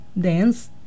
dance